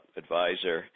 advisor